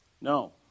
no